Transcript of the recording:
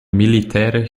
militaire